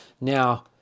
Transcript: now